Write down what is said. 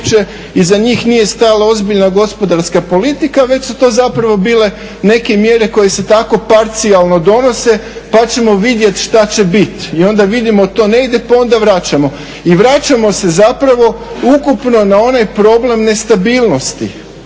iza njih nije stajala ozbiljna gospodarska politika već su to zapravo bile neke mjere koje se tako parcijalno donose pa ćemo vidjeti šta će bit. I onda vidimo to ne ide pa onda vraćamo i vraćamo se zapravo ukupno na onaj problem nestabilnosti,